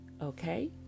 Okay